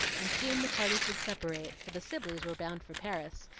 and soon the parties would separate, for the sibleys were bound for paris,